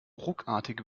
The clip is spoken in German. ruckartige